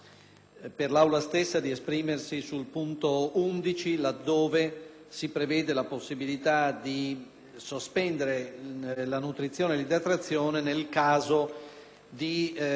sospendere la nutrizione e l'idratazione nel caso di volontà espressamente dichiarata anticipatamente.